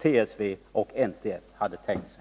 TSV och NTF hade tänkt sig.